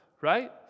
right